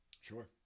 sure